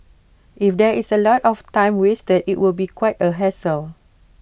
if there is A lot of time wasted IT would be quite A hassle